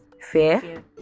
Fear